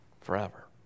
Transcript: Forever